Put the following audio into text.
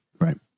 Right